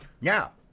Now